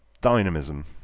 dynamism